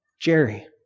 Jerry